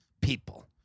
people